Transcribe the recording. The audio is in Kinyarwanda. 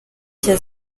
nshya